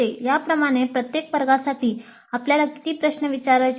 या प्रमाणे प्रत्येक प्रवर्गासाठी आपल्याला किती प्रश्न विचारायचे आहेत